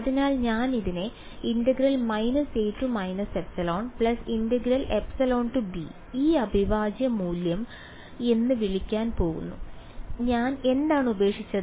അതിനാൽ ഞാൻ ഇതിനെ ഈ അവിഭാജ്യ മൂല്യം എന്ന് വിളിക്കാൻ പോകുന്നു ഞാൻ എന്താണ് ഉപേക്ഷിച്ചത്